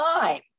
time